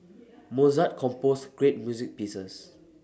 Mozart composed great music pieces